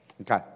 Okay